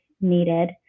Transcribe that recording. needed